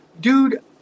dude